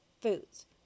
foods